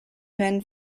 men